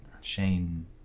Shane